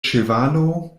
ĉevalo